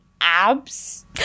abs